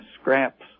scraps